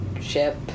ship